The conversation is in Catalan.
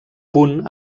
punt